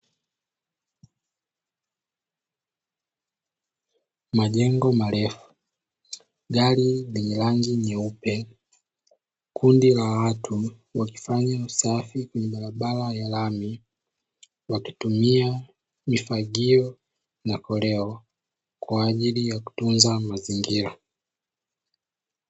Majengo marefu, gari lenye rangi nyeupe, kundi la watu wakifanya usafi kwenye barabara ya lami, wakitumia mifagio na koleo kwa ajili ya kutunza mazingira.